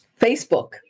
Facebook